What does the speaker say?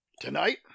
Tonight